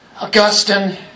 Augustine